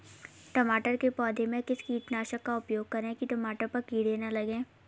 टमाटर के पौधे में किस कीटनाशक का उपयोग करें कि टमाटर पर कीड़े न लगें?